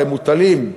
הם מוטלים,